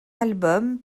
album